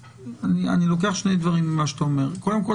אני לוקח שני דברים ממה שאתה אומר: קודם כל,